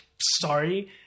sorry